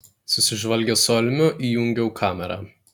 susižvalgęs su almiu įjungiau kamerą